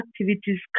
activities